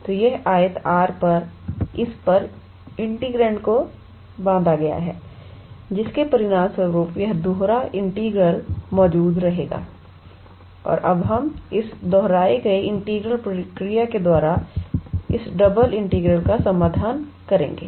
तो इस आयत R पर इस पर इंटीग्रैंड को बांधा गया है और जिसके परिणामस्वरूप यह दोहरा इंटीग्रल मौजूद रहेगा और अब हम उस दोहराए गए इंटीग्रल प्रक्रिया के द्वारा इस डबल इंटीग्रल का समाधान करेंगे